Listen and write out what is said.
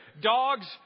Dogs